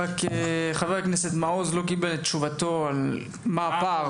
חבר הכנסת מעוז לא קיבל את תשובתו לגבי מה הפער,